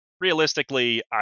realistically